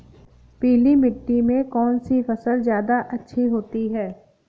पीली मिट्टी में कौन सी फसल ज्यादा अच्छी होती है?